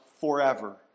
forever